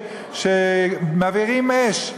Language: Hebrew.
שמבעירים אש.